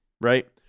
right